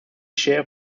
chair